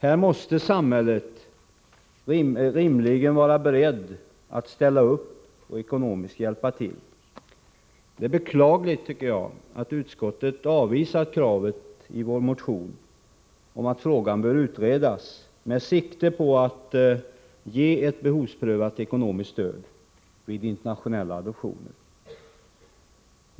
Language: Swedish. Här måste samhället rimligen vara berett att ställa upp och hjälpa till ekonomiskt. Det är beklagligt att utskottsmajoriteten avvisar kravet i vår motion om att frågan bör utredas med sikte på att ge ett behovsprövat ekonomiskt stöd vid internationella adoptioner.